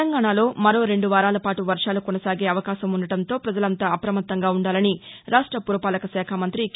తెలంగాణలో మరో రెండు వారాల పాటు వర్టాలు కొససాగే అవకాశం ఉండటంతో పజలంతా అప్రమత్తంగా ఉండాలని రాష్ట పురపాలక శాఖ మంత్రి కే